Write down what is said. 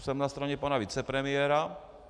Jsem na straně pana vicepremiéra.